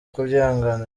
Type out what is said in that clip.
kubyihanganira